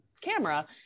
camera